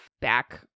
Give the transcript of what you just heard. back